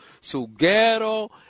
Sugero